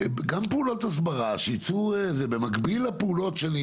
גם פעולות הסברה שייצאו במקביל לפעולות שאני